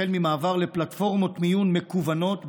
החל ממעבר לפלטפורמות מיון מקוונות ברשת,